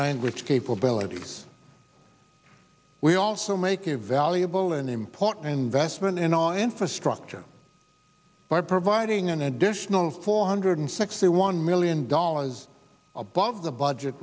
language capabilities we also make a valuable and important investment in our infrastructure by providing an additional four hundred sixty one million dollars above the budget